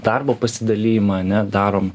darbo pasidalijimą ne darom